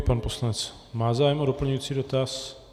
Pan poslanec má zájem o doplňující dotaz.